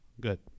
good